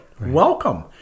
welcome